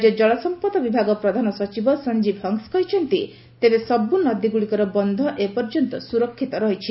ରାଜ୍ୟ କଳସମ୍ପଦ ବିଭାଗ ପ୍ରଧାନ ସଚିବ ସଞ୍ଜୀବ ହଂସ୍ କହିଛନ୍ତି ତେବେ ସବୁ ନଦୀଗୁଡ଼ିକର ବନ୍ଧ ଏପର୍ଯ୍ୟନ୍ତ ସୁରକ୍ଷିତ ରହିଛି